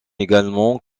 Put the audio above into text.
également